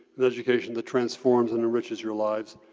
an education that transforms and enriches your lives.